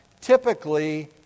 typically